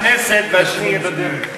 אחת, סילקו אותה מהכנסת, והשני בדרך.